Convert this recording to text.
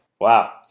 Wow